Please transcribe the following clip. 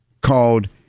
called